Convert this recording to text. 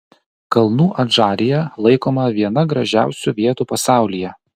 kalnų adžarija laikoma viena gražiausių vietų pasaulyje